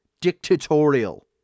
dictatorial